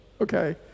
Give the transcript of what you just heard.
Okay